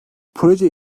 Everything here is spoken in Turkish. projeye